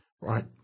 Right